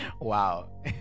Wow